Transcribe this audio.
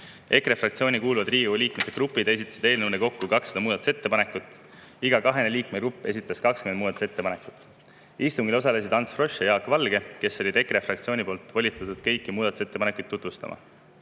EKRE fraktsiooni kuuluvad Riigikogu liikmete grupid esitasid eelnõu kohta kokku 200 muudatusettepanekut. Iga kahene liikmegrupp esitas 20 muudatusettepanekut. Istungil osalesid Ants Frosch ja Jaak Valge, keda EKRE fraktsioon oli volitanud kõiki muudatusettepanekuid tutvustama.